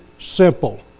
simple